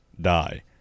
die